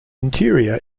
interior